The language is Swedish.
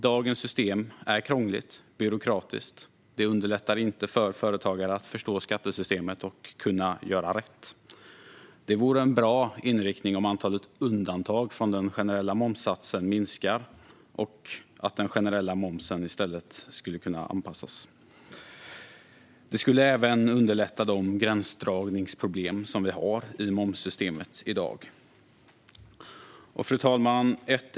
Dagens system är krångligt och byråkratiskt. Det underlättar inte för företagare att förstå skattesystemet och kunna göra rätt. En bra inriktning vore om antalet undantag från den generella momssatsen minskar och att den generella momsen i stället anpassas. Detta skulle även underlätta de gränsdragningsproblem som i dag finns i momssystemet. Fru talman!